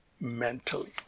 mentally